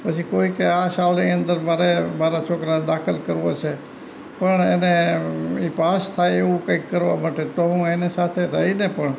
પછી કોઇકે આ સાલની અંદર મારે મારા છોકરાને દાખલ કરવો છે પણ એને એ પાસ થાય એવું કંઇક કરવા માટે તો હું એને સાથે રહીને પણ